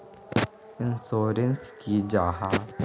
Insurance की जाहा?